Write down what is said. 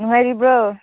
ꯅꯨꯡꯉꯥꯏꯔꯤꯕꯣ